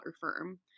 firm